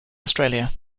australia